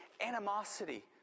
animosity